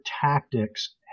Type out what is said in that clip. tactics